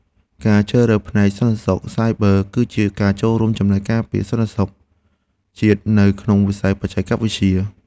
ការជ្រើសរើសរៀនផ្នែកសន្តិសុខសាយប័រ គឺជាការចូលរួមចំណែកការពារសន្តិសុខជាតិនៅក្នុងវិស័យបច្ចេកវិទ្យា។